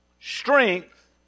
strength